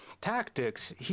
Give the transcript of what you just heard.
tactics